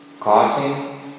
causing